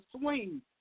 swing